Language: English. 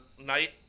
night